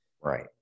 Right